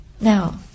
Now